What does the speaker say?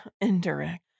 indirect